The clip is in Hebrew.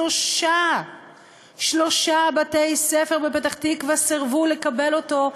שלושה בתי-ספר בפתח-תקווה סירבו לקבל אותו.